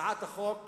שאני